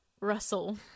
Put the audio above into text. Russell